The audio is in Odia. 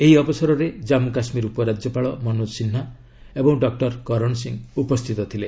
ଏହି ଅବସରରେ ଜାନ୍ମୁ କାଶ୍ମୀର ଉପରାଜ୍ୟପାଳ ମନୋଜ ସିହ୍ନା ଏବଂ ଡକ୍ଟର କରଣ ସିଂହ ଉପସ୍ଥିତ ଥିଲେ